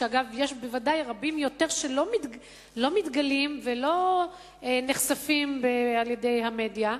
ואגב יש בוודאי רבים יותר שלא מתגלים ולא נחשפים על-ידי המדיה,